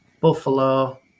Buffalo